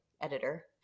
editor